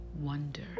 wonder